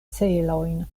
celojn